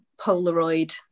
polaroid